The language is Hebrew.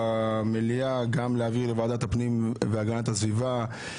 במליאה ביקשו להעביר לוועדת הפנים והגנת הסביבה.